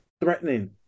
threatening